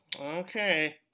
Okay